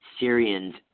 Syrians